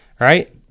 right